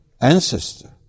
ancestor